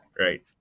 right